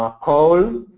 um coal.